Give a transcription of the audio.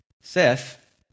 Seth